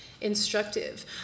instructive